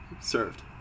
served